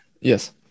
yes